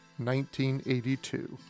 1982